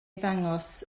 ddangos